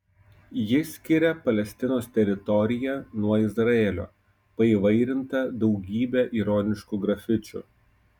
ji skiria palestinos teritoriją nuo izraelio paįvairinta daugybe ironiškų grafičių